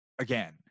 again